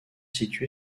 situé